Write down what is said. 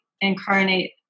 incarnate